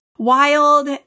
wild